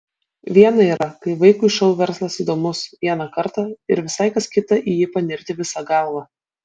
viena yra kai vaikui šou verslas įdomus vieną kartą ir visai kas kita į jį panirti visa galva